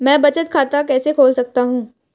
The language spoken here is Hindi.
मैं बचत खाता कैसे खोल सकता हूँ?